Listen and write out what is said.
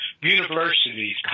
universities